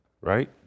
right